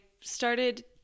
started